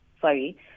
Sorry